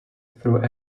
through